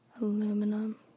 Aluminum